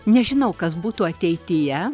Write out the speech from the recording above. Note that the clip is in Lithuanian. nežinau kas būtų ateityje